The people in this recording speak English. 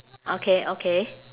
okay okay